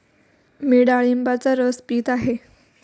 मी डाळिंबाचा रस पीत आहे